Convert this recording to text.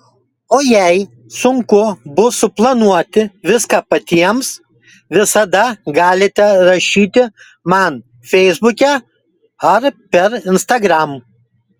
o jei sunku bus suplanuoti viską patiems visada galite rašyti man feisbuke ar per instagram